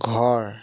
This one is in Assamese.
ঘৰ